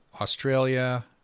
Australia